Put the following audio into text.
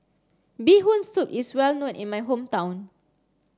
bee hoon soup is well known in my hometown